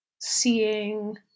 seeing